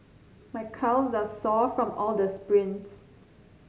my calves are sore from all the sprints